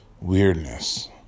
weirdness